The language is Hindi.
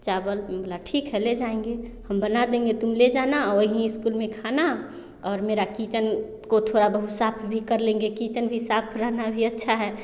चावल बोला ठीक है ले जाएँगे हम बना देंगे तुम ले जाना वही स्कूल में खाना और मेरा किचन को थोड़ा बहुत साफ़ भी कर लेंगे किचन भी साफ़ रहना भी अच्छा है